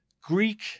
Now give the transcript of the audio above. Greek